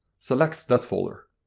select that folder.